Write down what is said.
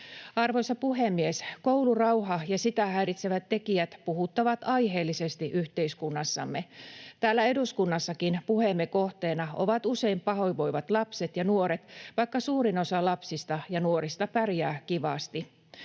Arvoisa puhemies! Koulurauha ja sitä häiritsevät tekijät puhuttavat aiheellisesti yhteiskunnassamme. Täällä eduskunnassakin puheemme kohteena ovat usein pahoinvoivat lapset ja nuoret, vaikka suurin osa lapsista ja nuorista pärjää kivasti.